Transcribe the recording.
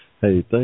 Hey